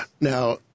Now